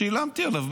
שילמתי עליו.